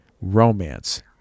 Romance